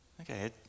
Okay